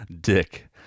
dick